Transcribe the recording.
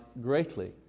greatly